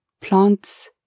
plants